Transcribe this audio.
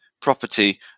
property